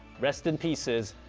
rest in pieces,